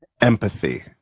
empathy